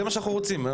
זה מה שאנחנו רוצים.